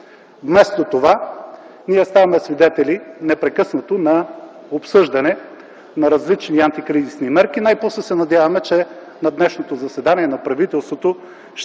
Вместо това ние ставаме свидетели непрекъснато на обсъждане на различни антикризисни мерки. Най-после се надяваме, че на днешното заседание на правителството